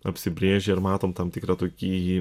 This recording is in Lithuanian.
apsibrėžę ir matom tam tikrą tokį